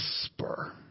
whisper